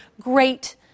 great